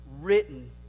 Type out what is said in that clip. written